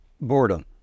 Boredom